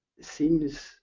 seems